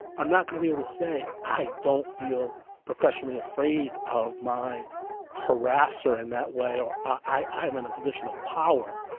i'm not going to be able to say i don't feel professionally afraid of my harasser in that way or i'm in a position of power.